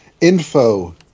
Info